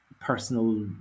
personal